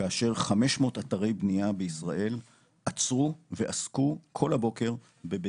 כאשר 500 אתרי בנייה בישראל עצרו ועסקו כל הבוקר בבטיחות.